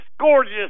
gorgeous